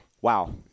Wow